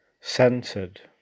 centered